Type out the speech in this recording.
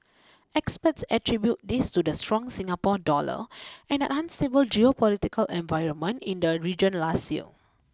experts attribute this to the strong Singapore dollar and an unstable geopolitical environment in the region last year